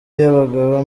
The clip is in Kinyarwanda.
yabagaho